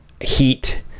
heat